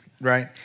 right